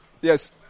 Yes